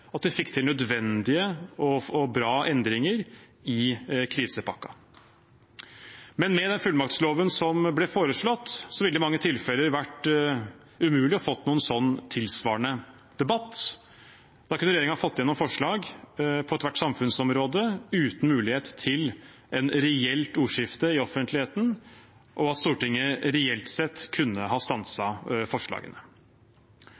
at vi fikk til nødvendige og bra endringer i krisepakken. Men med den fullmaktsloven som ble foreslått, ville det i mange tilfeller vært umulig å få noen tilsvarende debatt. Da kunne regjeringen fått gjennom forslag på ethvert samfunnsområde uten mulighet til et reelt ordskifte i offentligheten og at Stortinget reelt sett kunne ha